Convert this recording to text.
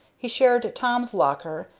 he shared tom's locker,